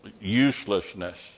uselessness